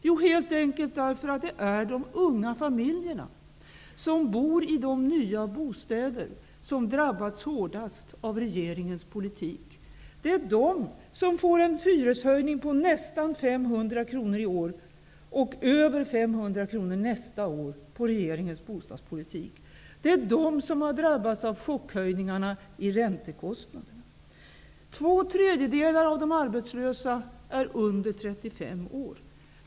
Jo, helt enkelt därför att det är de unga familjerna som bor i de nya bostäder som har drabbats hårdast av regeringens politik. Det är de som får en hyreshöjning på nästan 500 kr i år och över 500 kr nästa år, till följd av regeringens bostadspolitik. Det är de som har drabbats av chockhöjningarna i fråga om räntekostnaderna. Två tredjedelar av de arbetslösa är under 35 år.